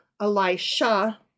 Elisha